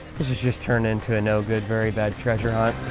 this has just turned into a no good, very bad treasure hunt.